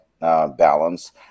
balance